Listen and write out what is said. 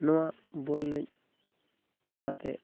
ᱱᱚᱣᱟ ᱵᱚᱞ ᱮᱱᱮᱡ ᱛᱟᱞᱟᱛᱮ